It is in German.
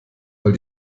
weil